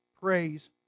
praise